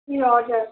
ए हजुर